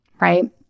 right